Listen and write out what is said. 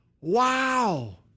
Wow